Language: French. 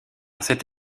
cette